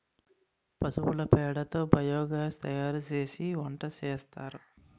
పశువుల పేడ తో బియోగాస్ తయారుసేసి వంటసేస్తారు